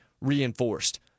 reinforced